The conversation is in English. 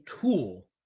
tool